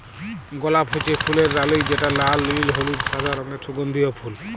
গলাপ হচ্যে ফুলের রালি যেটা লাল, নীল, হলুদ, সাদা রঙের সুগন্ধিও ফুল